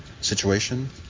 situation